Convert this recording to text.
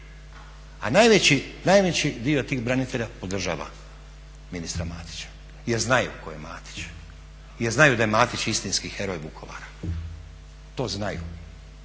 A najveći dio tih branitelja podržava ministra jer znaju tko je Matić, jer znaju da je Matić istinski heroj Vukovara, to znaju.